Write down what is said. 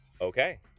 Okay